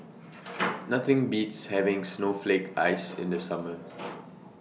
Nothing Beats having Snowflake Ice in The Summer